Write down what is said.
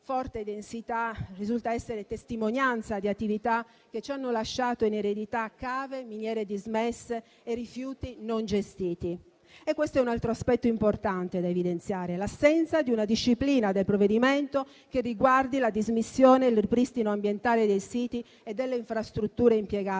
forte densità risulta essere testimonianza di attività che ci hanno lasciato in eredità cave e miniere dismesse e rifiuti non gestiti. Questo è un altro aspetto importante da evidenziare: l'assenza nel provvedimento di una disciplina che riguardi la dismissione e il ripristino ambientale dei siti e delle infrastrutture impiegate